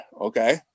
Okay